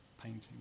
painting